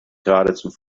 geradezu